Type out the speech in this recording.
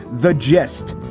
the gist,